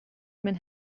man